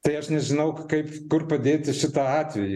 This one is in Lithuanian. tai aš nežinau kaip kur padėti šitą atvejį